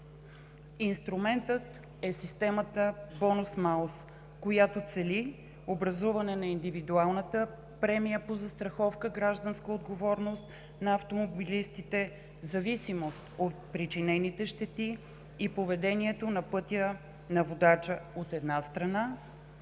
инструментът е системата „бонус малус“, която цели образуване на индивидуалната премия по застраховка „Гражданска отговорност“ на автомобилистите в зависимост от причинените щети и поведението на пътя на водача, от една страна,